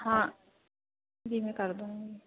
हाँ जी मैं कर दूँगी